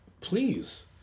please